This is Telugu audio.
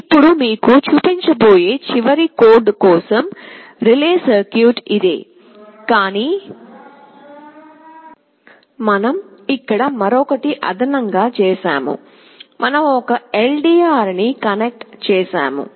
ఇప్పుడు మీకు చూపించబోయే చివరి కోడ్ కోసం రిలే సర్క్యూట్ ఇదే కానీ మనం ఇక్కడ మరోకటి అదనంగా చేసాము మనం ఒక LDR ని కనెక్ట్ చేసాము